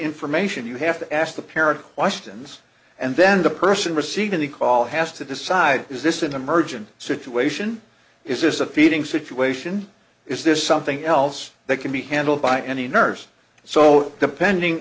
information you have to ask the parent questions and then the person receiving the call has to decide is this an emergency situation is this a feeding situation is this something else that can be handled by any nerves so depending